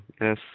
yes